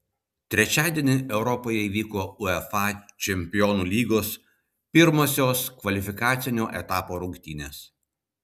trečiadienį europoje įvyko uefa čempionų lygos pirmosios kvalifikacinio etapo rungtynės